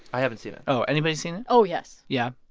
i haven't seen it oh, anybody seen it? oh, yes yeah.